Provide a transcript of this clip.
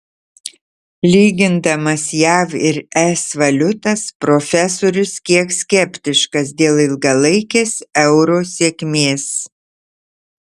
lygindamas jav ir es valiutas profesorius kiek skeptiškas dėl ilgalaikės euro sėkmės